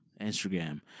Instagram